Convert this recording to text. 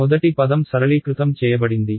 మొదటి పదం సరళీకృతం చేయబడింది